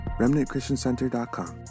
remnantchristiancenter.com